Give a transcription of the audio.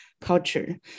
Culture